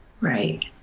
Right